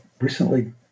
recently